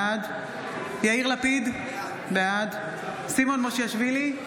בעד יאיר לפיד, בעד סימון מושיאשוילי,